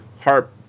harp